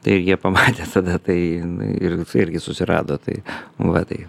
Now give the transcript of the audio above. tai ir jie pamatė tada tai ir irgi susirado tai va tai